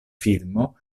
filmo